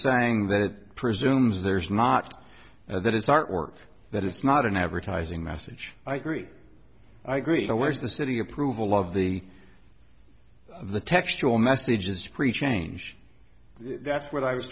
saying that presumes there's not that it's art or that it's not an advertising message i agree i agree the words the city approval of the the textual messages preach change that's what i was